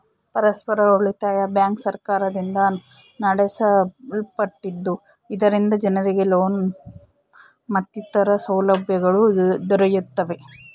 ಪರಸ್ಪರ ಉಳಿತಾಯ ಬ್ಯಾಂಕ್ ಸರ್ಕಾರದಿಂದ ನಡೆಸಲ್ಪಟ್ಟಿದ್ದು, ಇದರಿಂದ ಜನರಿಗೆ ಲೋನ್ ಮತ್ತಿತರ ಸೌಲಭ್ಯಗಳು ದೊರೆಯುತ್ತವೆ